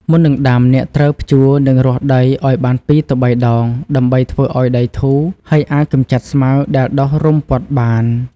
មុននឹងដាំ អ្នកត្រូវភ្ជួរ និងរាស់ដីឱ្យបាន ២ទៅ៣ ដង ដើម្បីធ្វើឱ្យដីធូរ ហើយអាចកម្ចាត់ស្មៅដែលដុះរុំព័ទ្ធបាន។